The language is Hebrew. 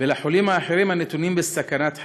ולחולים האחרים הנתונים בסכנת חיים,